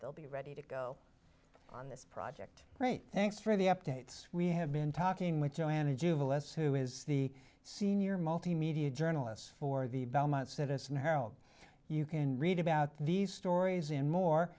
they'll be ready to go on this project great thanks for the updates we have been talking with joanna juva les who is the senior multimedia journalists for the belmont citizen herald you can read about these stories in more